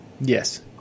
yes